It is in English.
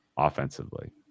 offensively